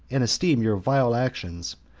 and esteem your vile actions,